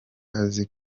azi